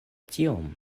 tion